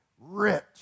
Rich